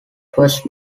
first